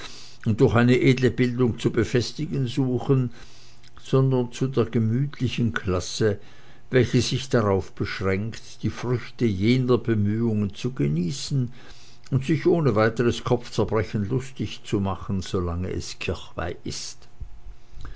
und durch eine edle bildung zu befestigen suchen sondern zu der gemütlichen klasse welche sich darauf beschränkt die früchte jener bemühungen zu genießen und sich ohne weiteres kopfzerbrechen lustig zu machen solange es kirchweih ist